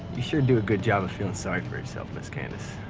you sure do a good job of feeling sorry for yourself, miss candace.